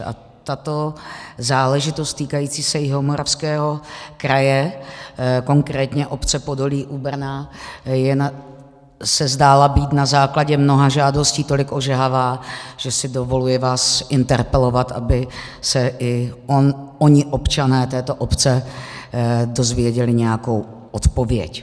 A tato záležitost, týkající se Jihomoravského kraje, konkrétně obce Podolí u Brna, se zdála být na základě mnoha žádostí tolik ožehavá, že si dovoluji vás interpelovat, aby se i oni, občané této obce, dozvěděli nějakou odpověď.